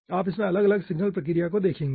और आप इसमें अलग अलग सिग्नल प्रक्रिया को देखेंगे